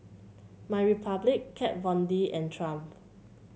MyRepublic Kat Von D and Triumph